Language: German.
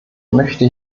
möchte